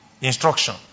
Instruction